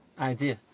idea